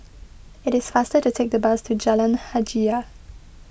it is faster to take the bus to Jalan Hajijah